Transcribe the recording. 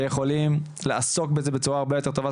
שיכולים לעסוק בזה בצורה הרבה יותר טובה.